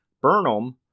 Burnham